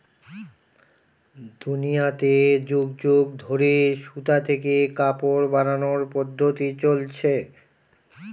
দুনিয়াতে যুগ যুগ ধরে সুতা থেকে কাপড় বানানোর পদ্ধপ্তি চলছে